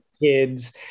kids